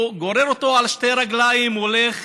הוא גורר אותו על שתי רגליים, הוא הולך